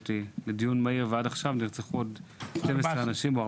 הזאת לדיון מהיר נרצחו כבר עוד 14 אנשים.